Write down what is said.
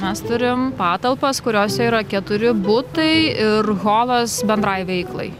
mes turim patalpas kuriose yra keturi butai ir holas bendrai veiklai